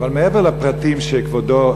אבל מעבר לפרטים שכבודו,